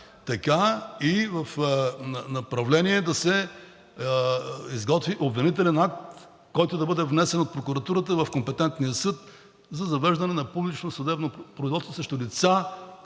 така и в направление да се изготви обвинителен акт, който да бъде внесен от прокуратурата в компетентния съд за завеждане на публично съдебно производство срещу лица,